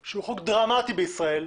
הוא חוק דרמטי בישראל,